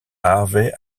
harvey